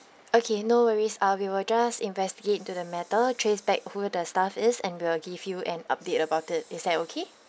okay no worries uh we will just investigate into the matter trace back who the staff is and we will give you an update about it is that okay